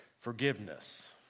Forgiveness